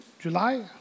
July